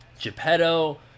Geppetto